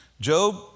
Job